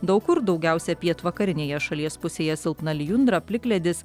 daug kur daugiausia pietvakarinėje šalies pusėje silpna lijundra plikledis